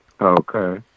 Okay